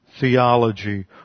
theology